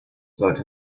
sollte